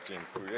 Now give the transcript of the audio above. Dziękuję.